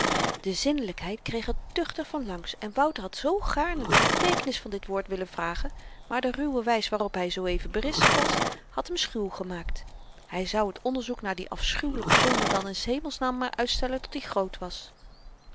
de zinnelykheid kreeg er duchtig van langs en wouter had zoo gaarne de beteekenis van dit woord willen vragen maar de ruwe wys waarop hy zooeven berispt was had hem schuw gemaakt hy zou t onderzoek naar die afschuwelyke zonde dan in s hemelsnaam maar uitstellen tot i groot was